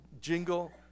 jingle